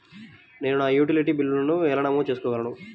నేను నా యుటిలిటీ బిల్లులను ఎలా నమోదు చేసుకోగలను?